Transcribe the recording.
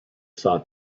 thought